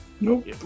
nope